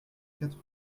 quatre